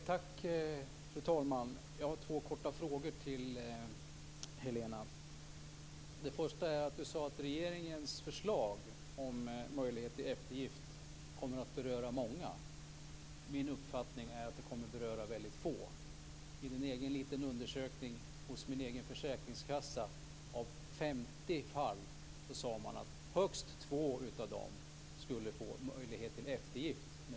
Fru talman! Jag har två saker som jag helt kort vill ta upp med Helena Hillar Rosenqvist. Helena sade att regeringens förslag om möjlighet till eftergift kommer att beröra många. Men min uppfattning är att det kommer att beröra väldigt få. Vid en egen liten undersökning hos min egen försäkringskassa fick jag beskedet att man i högst 2 av 50 fall skulle, med regeringens förslag, få möjlighet till eftergift.